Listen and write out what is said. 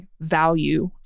value